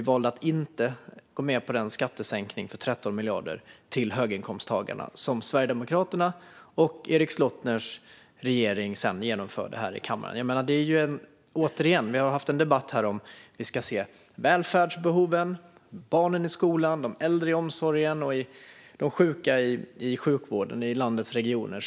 Vi valde att inte gå med på den skattesänkning om 13 miljarder för höginkomsttagarna som Sverigedemokraterna och Erik Slottners regering sedan genomförde. Vi har haft en debatt här om välfärdsbehoven, barnen i skolan, de äldre i omsorgen och de sjuka i sjukvården och i landets regioner.